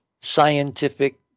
scientific